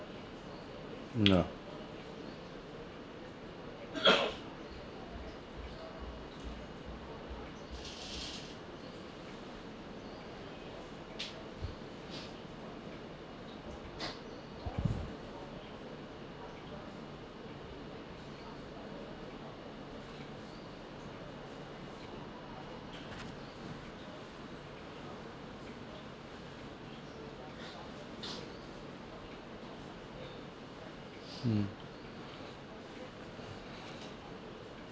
ya mm